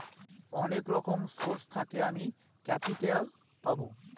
অনেক রকম সোর্স থেকে আমি ক্যাপিটাল পাবো